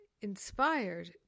inspired